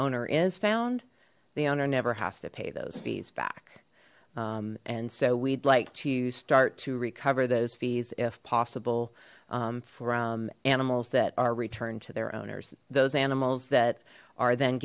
owner is found the owner never has to pay those fees back and so we'd like to start to recover those fees if possible from animals that are returned to their owners those animals that are then